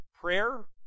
prayer